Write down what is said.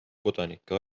kodanike